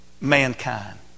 mankind